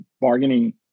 bargaining